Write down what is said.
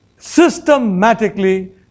Systematically